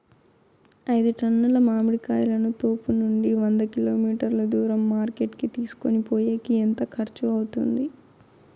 ఐదు టన్నుల మామిడి కాయలను తోపునుండి వంద కిలోమీటర్లు దూరం మార్కెట్ కి తీసుకొనిపోయేకి ఎంత ఖర్చు అవుతుంది?